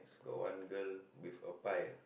got one girl with a pie ah